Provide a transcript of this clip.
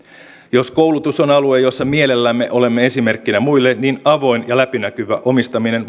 jos koulutus on alue jossa mielellämme olemme esimerkkinä muille niin avoin ja läpinäkyvä omistaminen